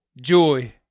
joy